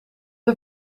een